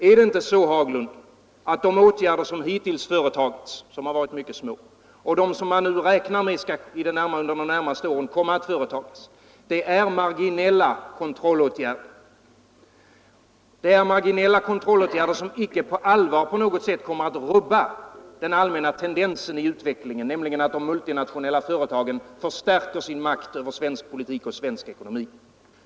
Är det inte så, herr Haglund, att de åtgärder som hittills vidtagits, vilka varit mycket små, och de som man räknar med att under de närmaste åren genomföra är marginella kontrollåtgärder, som icke på allvar på något sätt kommer att rubba den allmänna tendensen i utvecklingen, nämligen att de multinationella företagen förstärker sin makt över svensk politik och svensk ekonomi?